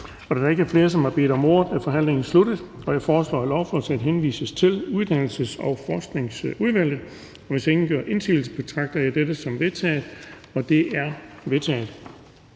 Da der ikke er flere, der har bedt om ordet, er forhandlingen sluttet. Jeg foreslår, at lovforslaget henvises til Uddannelses- og Forskningsudvalget. Hvis ingen gør indsigelse, betragter jeg dette som vedtaget. Det er vedtaget.